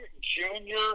junior